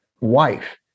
wife